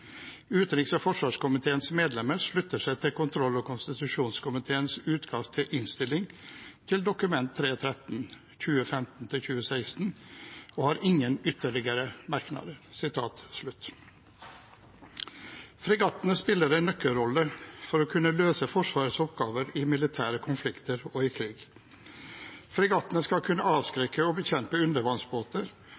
og forsvarskomiteens medlemmer slutter seg til kontroll- og konstitusjonskomiteens utkast til innstilling til Dokument 3:13 og har ingen ytterligere merknader.» Fregattene spiller en nøkkelrolle for å kunne løse Forsvarets oppgaver i militære konflikter og i krig. Fregattene skal kunne